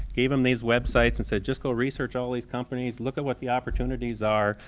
gave them these websites and said just go research all these companies, look at what the opportunities are,